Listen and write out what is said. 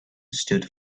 stood